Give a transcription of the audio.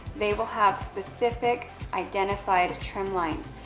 they will have specific identified trim lines.